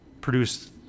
produce